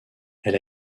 elle